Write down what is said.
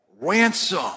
Ransom